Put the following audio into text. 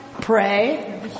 pray